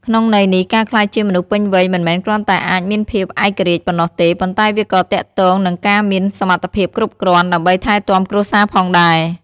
ក្នុងន័យនេះ ការក្លាយជាមនុស្សពេញវ័យមិនមែនគ្រាន់តែអាចមានភាពឯករាជ្យប៉ុណ្ណោះទេ ប៉ុន្តែវាក៏ទាក់ទងនឹងការមានសមត្ថភាពគ្រប់គ្រាន់ ដើម្បីថែទាំគ្រួសារផងដែរ។